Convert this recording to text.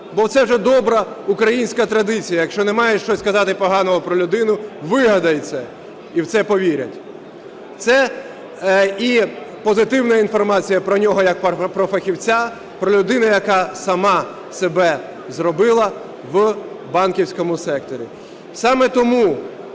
Бо це вже добра українська традиція, якщо немає щось сказати поганого про людину, вигадай це, і в це повірять. Це і позитивна інформація про нього як про фахівця, про людину, яка сама себе зробила в банківському секторі. Саме тому,